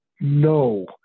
no